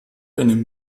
einem